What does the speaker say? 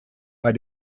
bei